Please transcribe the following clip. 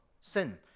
sin